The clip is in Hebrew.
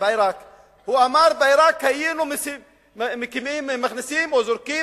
הוא אמר: בעירק היינו מכניסים או זורקים